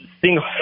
single